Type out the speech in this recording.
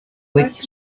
quick